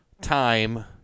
time